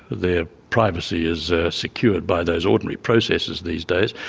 their privacy is ah secured by those ordinary processes these days.